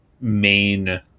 main